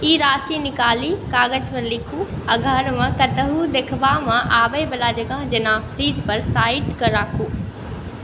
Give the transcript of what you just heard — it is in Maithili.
ई राशि निकालि कागजपर लिखू आओर घरमे कतहु देखबामे आबैवला जगह जेना फ्रिजपर साटिके राखू